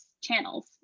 channels